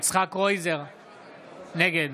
נגד